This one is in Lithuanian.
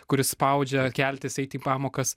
kuris spaudžia keltis eit į pamokas